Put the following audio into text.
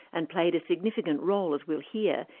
and played a significant role, as we'll hear,